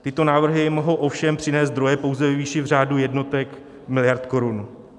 Tyto návrhy mohou ovšem přinést zdroje pouze ve výši v řádu jednotek miliard korun.